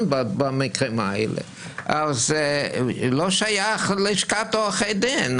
במקרים האלה אז זה לא שייך ללשכת עורכי הדין.